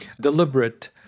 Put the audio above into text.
deliberate